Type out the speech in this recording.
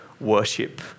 worship